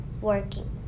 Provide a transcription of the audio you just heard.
working